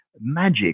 magic